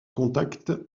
contact